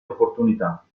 opportunità